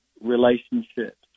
relationships